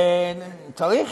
צריך?